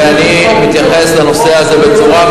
אתה מדבר ואני מראה לך עובדות.